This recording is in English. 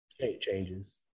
changes